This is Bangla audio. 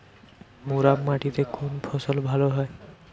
মুরাম মাটিতে কোন ফসল ভালো হয়?